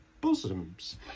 bosoms